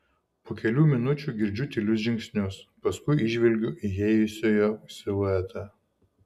po kelių minučių girdžiu tylius žingsnius paskui įžvelgiu įėjusiojo siluetą